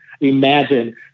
imagine